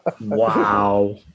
Wow